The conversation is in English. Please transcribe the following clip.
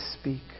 speak